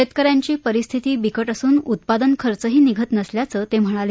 शेतक यांची परिस्थिती बिकट असून उत्पादन खर्चही निघत नसल्याचं ते म्हणाले